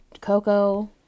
Coco